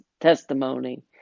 testimony